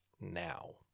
now